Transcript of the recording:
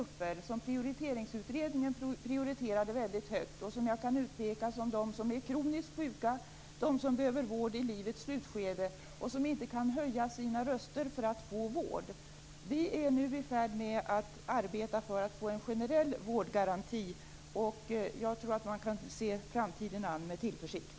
Prioriteringsutredningen prioriterade också andra grupper väldigt högt, nämligen de kroniskt sjuka och de som behöver vård i livets slutskede, dvs. de som inte han höja sina röster för att få vård. Vi är nu i färd med att arbeta för en generell vårdgaranti, och jag tror att man kan se framtiden an med tillförsikt.